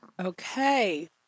Okay